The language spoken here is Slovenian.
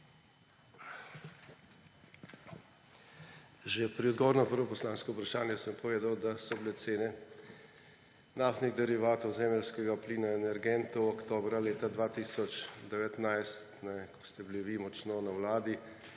Že pri odgovoru na prvo poslansko vprašanje sem povedal, da so bile cene naftnih derivatov, zemeljskega plina, energentov, oktobra leta 2019, ko ste bili vi močno na vladi,